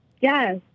Yes